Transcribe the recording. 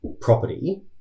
property